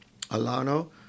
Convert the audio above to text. Alano